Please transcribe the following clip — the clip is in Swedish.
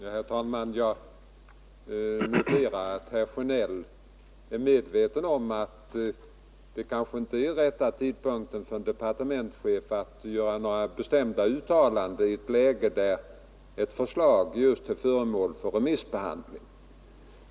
Herr talman! Jag noterar att herr Sjönell är medveten om att det kanske inte är rätta tidpunkten för en departementschef att göra något bestämt uttalande i ett läge där ett förslag just är föremål för remissbehandling.